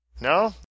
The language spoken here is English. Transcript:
No